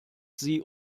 sie